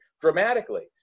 dramatically